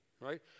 right